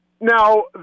Now